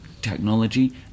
Technology